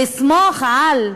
לסמוך על,